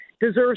deserves